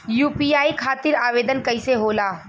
UPI खातिर आवेदन कैसे होला?